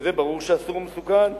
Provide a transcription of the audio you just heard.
שזה ברור שאסור ומסוכן,